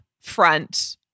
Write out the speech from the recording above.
front